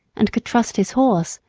and could trust his horse,